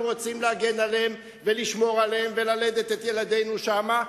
שאנחנו רוצים להגן עליהם ולשמור עליהם וללדת את ילדינו שם.